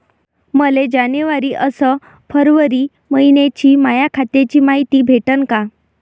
मले जनवरी अस फरवरी मइन्याची माया खात्याची मायती भेटन का?